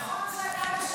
נכון שאתה משקר?